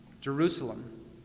Jerusalem